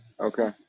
okay